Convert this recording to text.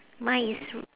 mine is r~